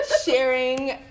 sharing